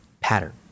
pattern